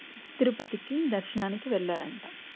తిరుపతికి దర్శనానికి వెళ్ళారంట